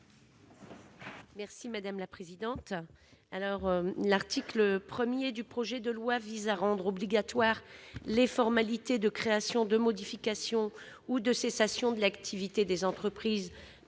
Mme Cathy Apourceau-Poly. L'article 1 du projet de loi vise à rendre obligatoires les formalités de création, de modification ou de cessation d'activité des entreprises